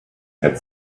had